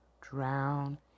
drown